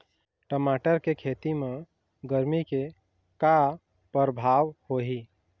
टमाटर के खेती म गरमी के का परभाव होही?